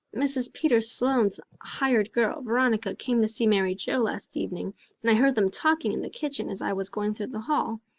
mrs. peter sloane's hired girl, veronica, came to see mary joe last evening and i heard them talking in the kitchen as i was going through the hall.